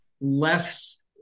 less